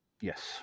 yes